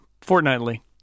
fortnightly